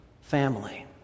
family